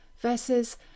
versus